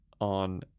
on